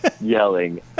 Yelling